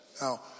Now